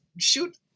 Shoot